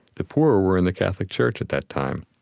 the poor were in the catholic church at that time.